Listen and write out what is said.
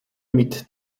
mit